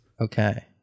Okay